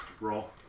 roll